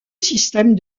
système